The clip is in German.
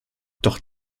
doch